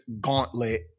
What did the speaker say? Gauntlet